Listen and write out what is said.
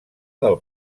del